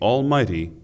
Almighty